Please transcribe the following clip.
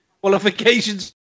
Qualifications